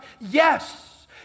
yes